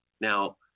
Now